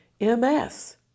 MS